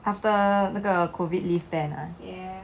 after 那个 COVID lift ban ah